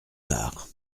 tard